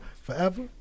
Forever